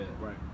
Right